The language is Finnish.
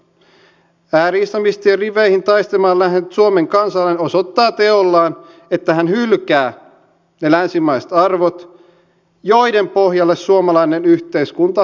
ääri islamistien riveihin taistelemaan lähtenyt suomen kansalainen osoittaa teollaan että hän hylkää ne länsimaiset arvot joiden pohjalle suomalainen yhteiskunta rakentuu